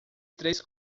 três